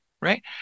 right